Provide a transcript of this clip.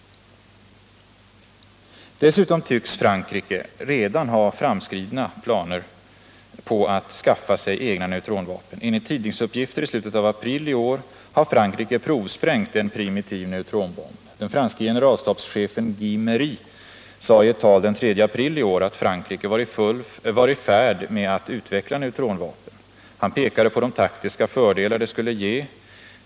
Dessutom tycks Frankrike redan ha framskridna planer på att skaffa sig egna neutronvapen. Enligt tidningsuppgifter i slutet av april i år har Frankrike provsprängt en primitiv neutronbomb. Den franska generalstabschefen Guy Meéry sade i ett tal den 3 april i år att Frankrike var i färd med att utveckla neutronbomben. Han pekade på de taktiska fördelar detta skulle ge.